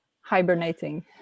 hibernating